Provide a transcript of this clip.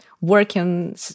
working